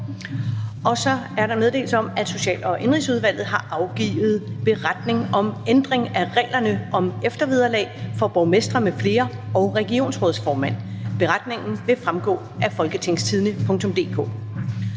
og deres forældre til Danmark?). Social- og Indenrigsudvalget har afgivet: Beretning om ændring af reglerne om eftervederlag for borgmestre m.fl. og regionsrådsformænd (Beretning nr. 4). Beretningen vil fremgå af www.folketingstidende.dk.